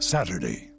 Saturday